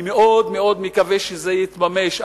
אני מאוד מאוד מקווה שזה יתממש,